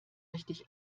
richtig